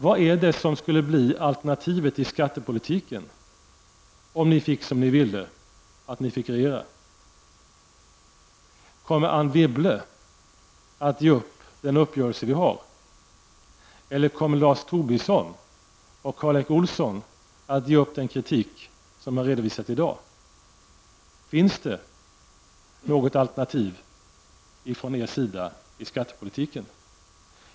Vad skulle bli alternativet i skattepolitiken om ni fick som ni ville, att ni fick regera? Kommer Anne Wibble att ge upp den uppgörelse som vi har eller kommer Lars Tobisson och Karl Erik Olsson att ge upp den kritik som de har redovisat i dag? Har ni något alternativ i skattepolitiken?